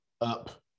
up